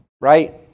right